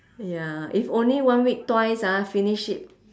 ya if only one week twice ah finish it